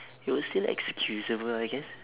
it was still excusable I guess